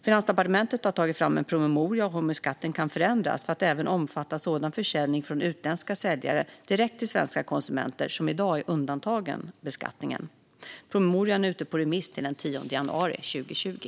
Finansdepartementet har tagit fram en promemoria om hur skatten kan förändras för att även omfatta sådan försäljning från utländska säljare direkt till svenska konsumenter som i dag är undantagen beskattningen. Promemorian är ute på remiss till den 10 januari 2020.